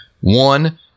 One